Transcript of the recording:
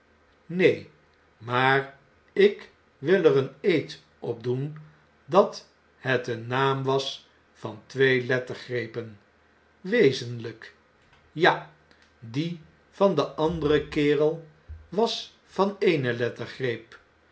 neen maar ik wil er een eed op doen dat het een naam was van twee lettergrepen wezenlp ja die van den anderen kerel was van